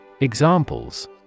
Examples